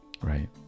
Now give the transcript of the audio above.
right